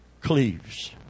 cleaves